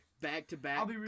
back-to-back